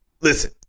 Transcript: listen